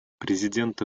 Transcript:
президента